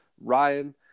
ryan